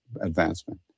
advancement